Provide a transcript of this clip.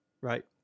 Right